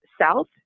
south